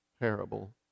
parable